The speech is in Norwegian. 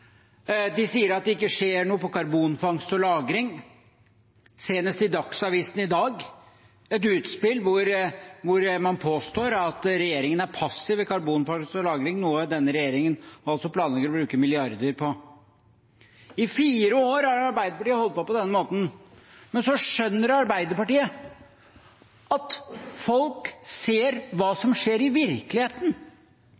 De sier at det ikke skjer noe på karbonfangst og lagring. Senest i Dagsavisen i dag var det et utspill hvor man påstår at regjeringen er passiv i karbonfangst og -lagring – noe denne regjeringen altså planlegger å bruke milliarder på. I fire år har Arbeiderpartiet holdt på på denne måten. Men så skjønner Arbeiderpartiet at folk ser hva